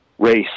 Race